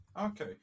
okay